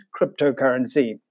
cryptocurrency